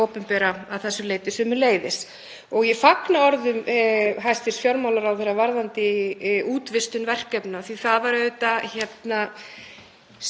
sérstakt að fylgjast með því hver stefnan var allt síðasta kjörtímabil, ekki síst í heilbrigðiskerfinu sem hv. þingmaður var að tala um.